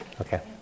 Okay